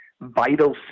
vital